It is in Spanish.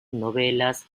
novelas